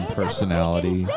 personality